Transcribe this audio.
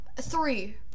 three